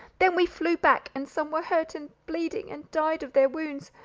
then we flew back, and some were hurt and bleeding, and died of their wounds,